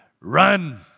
run